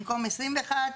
במקום 21 ימים,